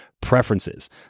preferences